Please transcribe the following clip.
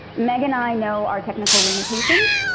meg and i know our technical limitations.